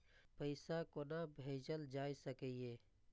पैसा कोना भैजल जाय सके ये